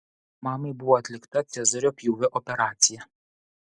mamai buvo atlikta cezario pjūvio operacija